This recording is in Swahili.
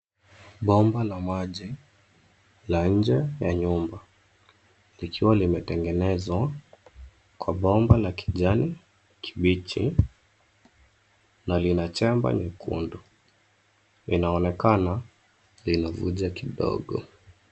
Bomba la maji, la nje ya nyumba. Likiwa limetengenezwa, kwa bomba la kijani kibichi na lina chemba nyekundu. Linaonekana linavuja kidogo.